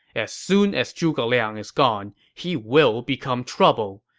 as soon as zhuge liang is gone, he will become trouble.